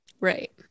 Right